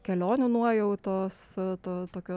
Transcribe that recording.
kelionių nuojautos to tokio